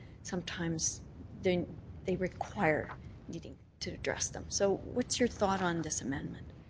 sometimes they they require meetings to address them so what's your thought on this amendment?